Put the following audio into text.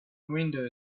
windows